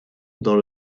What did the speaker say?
dans